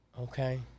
Okay